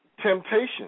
temptation